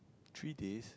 three days